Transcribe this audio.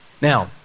Now